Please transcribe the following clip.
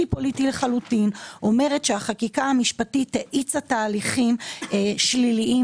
פוליטי לחלוטין אומרת שהחקיקה המשפטית האיצה תהליכים שליליים